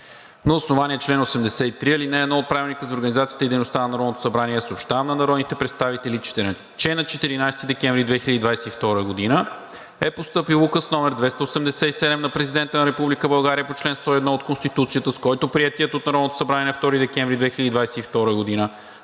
На основание чл. 83, ал. 1 от Правилника за организацията и дейността на Народното събрание съобщавам на народните представители, че на 14 декември 2022 г. е постъпил Указ № 287 на Президента на Република България по чл. 101 от Конституцията, с който приетият от Народното събрание на 2 декември 2022 г.